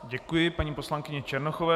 Děkuji paní poslankyni Černochové.